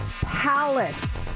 palace